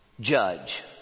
judge